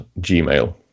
Gmail